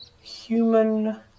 human